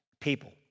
people